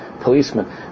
policemen